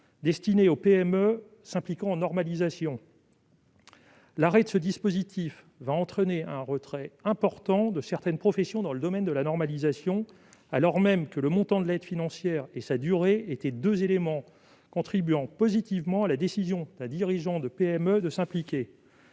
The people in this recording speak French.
et de la normalisation (Squalpi). L'arrêt de ce dispositif entraînera un retrait important de certaines professions dans le domaine de la normalisation, alors même que le montant de l'aide financière et sa durée étaient deux éléments contribuant positivement à la décision d'un dirigeant de PME de s'y impliquer.